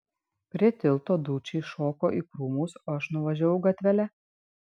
prie tilto dučė iššoko į krūmus o aš nuvažiavau gatvele